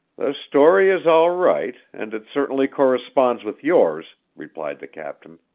the story is all right, and it certainly corresponds with yours, replied the captain.